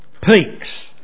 peaks